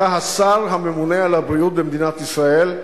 אתה השר הממונה על הבריאות במדינת ישראל,